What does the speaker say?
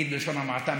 בלשון המעטה,